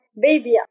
baby